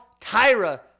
Tyra